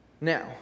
Now